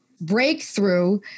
breakthrough